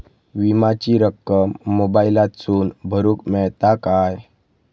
विमाची रक्कम मोबाईलातसून भरुक मेळता काय?